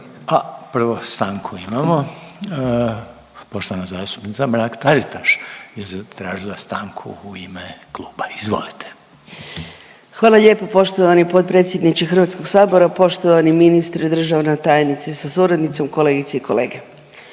a prvo stanku imamo. Poštovana zastupnica Mrak Taritaš je zatražila stanku u ime kluba. Izvolite. **Mrak-Taritaš, Anka (GLAS)** Hvala lijepo poštovani potpredsjedniče Hrvatskog sabora. Poštovani ministre i državna tajnice sa suradnicom, kolegice i kolege,